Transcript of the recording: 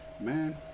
Man